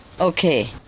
Okay